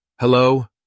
Hello